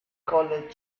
college